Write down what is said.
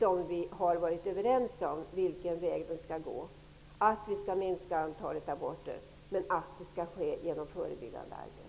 Vi har hittills varit överens om vilken väg vi skall gå, nämligen att minska antalet aborter men att det skall ske genom förebyggande arbete.